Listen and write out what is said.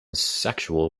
sexual